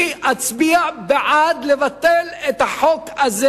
אני אצביע בעד ביטול החוק הזה.